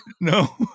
no